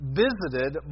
visited